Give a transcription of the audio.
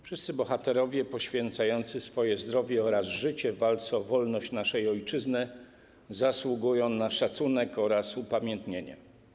Wszyscy bohaterowie poświęcający swoje zdrowie oraz życie w walce o wolność naszej ojczyzny zasługują na szacunek oraz upamiętnienie.